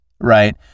right